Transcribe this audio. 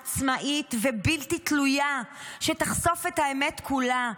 עצמאית ובלתי תלויה שתחשוף את האמת כולה,